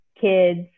kids